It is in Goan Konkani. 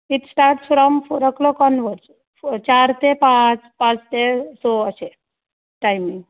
it's starts from four o'clock onwards चार ते पांच पांच ते स अशें टायमींग